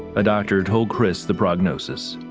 a doctor told chris the prognosis.